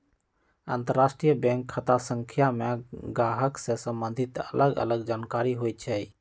अंतरराष्ट्रीय बैंक खता संख्या में गाहक से सम्बंधित अलग अलग जानकारि होइ छइ